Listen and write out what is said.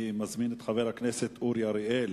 אני מזמין את חבר הכנסת אורי אריאל,